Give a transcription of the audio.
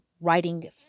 writing